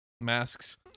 masks